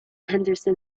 henderson